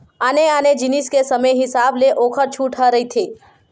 आने आने जिनिस के समे हिसाब ले ओखर छूट ह रहिथे